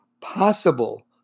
possible